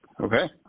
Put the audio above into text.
Okay